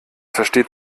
versteht